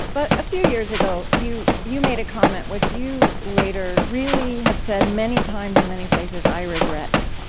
but a few years ago, you you made a comment which you later really have said, many times in many places, i regret.